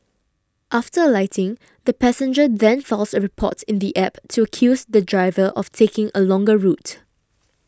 after alighting the passenger then files a report in the app to accuse the driver of taking a longer route